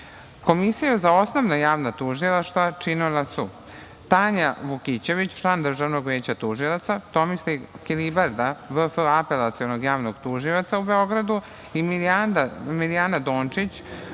za osnovna javna tužilaštva činila su Tanja Vukićević, član Državnog veća tužilaca, Tomislav Kilibarda, vršilac funkcije Apelacionog javnog tužilaca u Beogradu i Milijana Dončić,